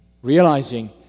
Realizing